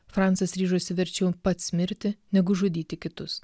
francas ryžosi verčiau pats mirti negu žudyti kitus